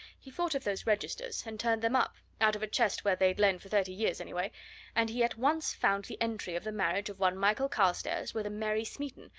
he thought of those registers and turned them up, out of a chest where they'd lain for thirty years anyway and he at once found the entry of the marriage of one michael carstairs with a mary smeaton,